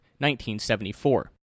1974